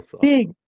Big